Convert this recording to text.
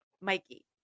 Mikey